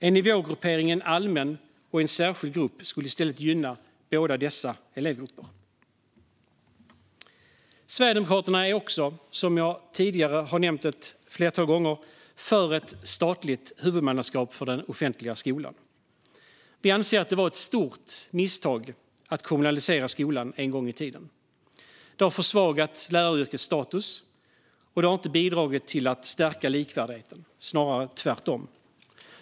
En nivågruppering i en allmän och en särskild grupp skulle i stället gynna båda dessa elevgrupper. Som jag tidigare har nämnt ett flertal gånger är Sverigedemokraterna för ett statligt huvudmannaskap för den offentliga skolan. Vi anser att det var ett stort misstag att kommunalisera skolan en gång i tiden. Det har försvagat läraryrkets status, och det har inte bidragit till att stärka likvärdigheten - snarare tvärtom.